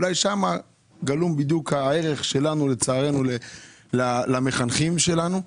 אולי שם לצערנו גלום הערך שלנו למחנכים שלנו.